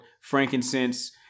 frankincense